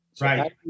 right